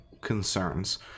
concerns